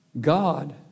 God